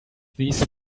these